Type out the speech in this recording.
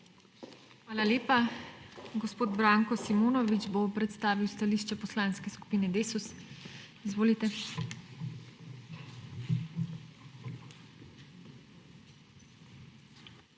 Hvala lepa. Gospod Branko Simonovič bo predstavil stališče Poslanske skupine Desus. Izvolite.